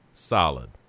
Solid